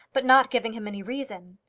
but not giving him any reason.